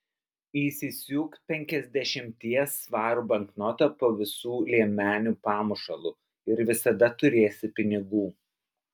įsisiūk penkiasdešimties svarų banknotą po visų liemenių pamušalu ir visada turėsi pinigų